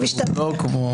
הוא לא כמו